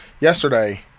yesterday